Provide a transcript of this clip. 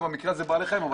זה לא שם, זה האכפתיות.